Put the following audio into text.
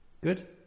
Good